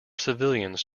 civilians